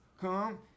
Come